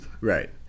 Right